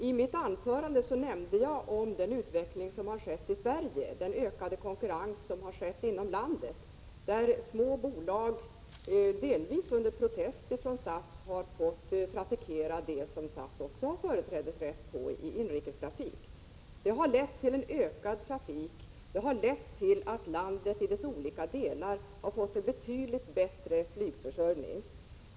I mitt anförande talade jag om den ökning av konkurrensen som skett inom Sverige. Mindre bolag har, när det gäller inrikesflyg delvis under protest från SAS, fått flyga där SAS har företrädesrätt. Detta har lett till en ökning av trafiken och till att landets olika delar har fått en betydligt bättre flygförsörjning.